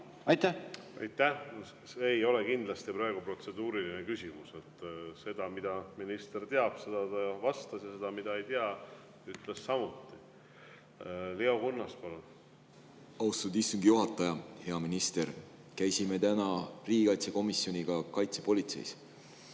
Kunnas, palun! See ei olnud kindlasti praegu protseduuriline küsimus. Seda, mida minister teab, seda ta vastas ja seda, mida ta ei tea, ütles ta samuti. Leo Kunnas, palun! Austatud istungi juhataja! Hea minister! Käisime täna riigikaitsekomisjoniga Kaitsepolitseiametis.